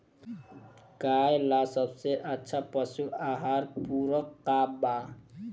गाय ला सबसे अच्छा पशु आहार पूरक का बा?